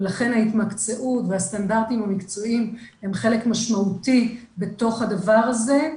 ולכן ההתמקצעות והסטנדרטים המקצועיים הם חלק משמעותי בתוך הדבר הזה.